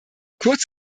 kurz